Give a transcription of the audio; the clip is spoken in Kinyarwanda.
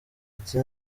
uti